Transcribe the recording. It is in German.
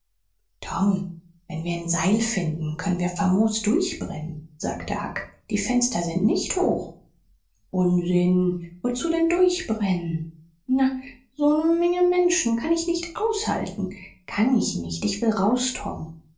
tom wenn wir n seil finden können wir famos durchbrennen sagte huck die fenster sind nicht hoch unsinn wozu denn durchbrennen na so ne menge menschen kann ich nicht aushalten kann ich nicht ich will raus